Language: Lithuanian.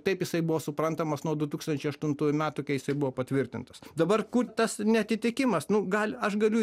taip jisai buvo suprantamas nuo du tūkstančiai aštuntųjų metų kai jisai buvo patvirtintas dabar kur tas neatitikimas nu gal aš galiu